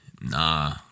nah